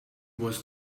was